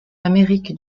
amérique